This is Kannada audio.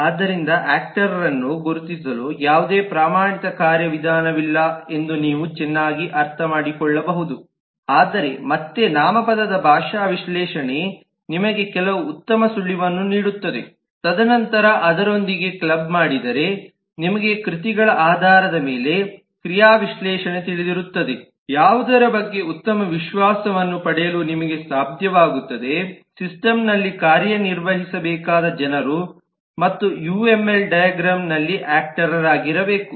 ಆದ್ದರಿಂದ ಯಾಕ್ಟರ್ರನ್ನು ಗುರುತಿಸಲು ಯಾವುದೇ ಪ್ರಮಾಣಿತ ಕಾರ್ಯವಿಧಾನವಿಲ್ಲ ಎಂದು ನೀವು ಚೆನ್ನಾಗಿ ಅರ್ಥಮಾಡಿಕೊಳ್ಳಬಹುದು ಆದರೆ ಮತ್ತೆ ನಾಮಪದದ ಭಾಷಾ ವಿಶ್ಲೇಷಣೆ ನಿಮಗೆ ಕೆಲವು ಉತ್ತಮ ಸುಳಿವನ್ನು ನೀಡುತ್ತದೆ ತದನಂತರ ಅದರೊಂದಿಗೆ ಕ್ಲಬ್ ಮಾಡಿದರೆ ನಿಮಗೆ ಕೃತಿಗಳ ಆಧಾರದ ಮೇಲೆ ಕ್ರಿಯಾ ವಿಶ್ಲೇಷಣೆ ತಿಳಿದಿರುತ್ತದೆ ಯಾವುದರ ಬಗ್ಗೆ ಉತ್ತಮ ವಿಶ್ವಾಸವನ್ನು ಪಡೆಯಲು ನಿಮಗೆ ಸಾಧ್ಯವಾಗುತ್ತದೆ ಸಿಸ್ಟಂನಲ್ಲಿ ಕಾರ್ಯನಿರ್ವಹಿಸಬೇಕಾದ ಜನರು ಮತ್ತು ಯುಎಂಎಲ್ ಡೈಗ್ರಾಮ್ ನಲ್ಲಿ ಯಾಕ್ಟರ್ ರಾಗಿರಬೇಕು